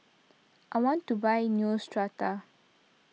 I want to buy Neostrata